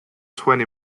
twenty